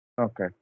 Okay